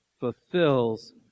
fulfills